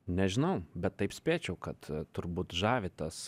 nežinau bet taip spėčiau kad turbūt žavi tas